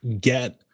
get